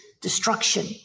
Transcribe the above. destruction